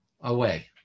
away